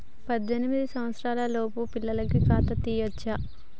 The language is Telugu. పద్దెనిమిది సంవత్సరాలలోపు పిల్లలకు ఖాతా తీయచ్చా?